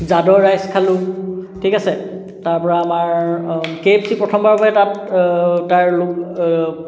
জাদ' rice খালোঁ ঠিক আছে তাৰ পৰা আমাৰ কে এফ চি প্ৰথমবাৰৰ বাবে তাত তাৰ